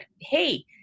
Hey